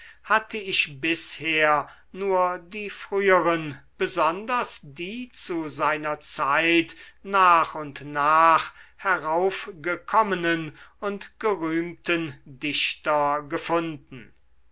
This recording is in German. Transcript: hatte ich bisher nur die früheren besonders die zu seiner zeit nach und nach heraufgekommenen und gerühmten dichter gefunden